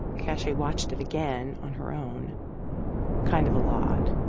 cache watched it again on her own kind of a lot